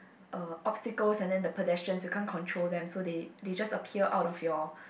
uh obstacles and then the pedestrians you can't control them so they they just appear out of your